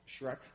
Shrek